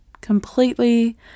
completely